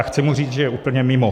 Chci mu říct, že je úplně mimo.